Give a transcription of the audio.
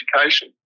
education